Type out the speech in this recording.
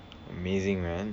amazing man